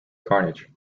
carnage